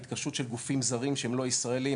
התקשרות של גופים זרים שהם לא ישראלים